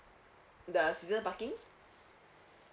the season parking